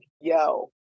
yo